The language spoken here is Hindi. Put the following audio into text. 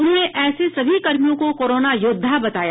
उन्होंने ऐसे सभी कर्मियों को कोरोना योद्धा बताया